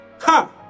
Ha